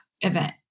event